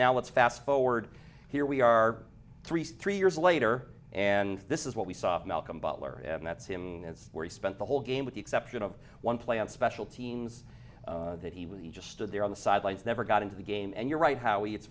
now let's fast forward here we are three three years later and this is what we saw malcolm butler and that's him that's where he spent the whole game with the exception of one play on special teams that he was he just stood there on the sidelines never got into the game and you're right how it's